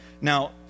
Now